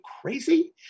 crazy